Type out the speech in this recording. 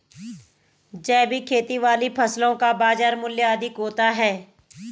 जैविक खेती वाली फसलों का बाजार मूल्य अधिक होता है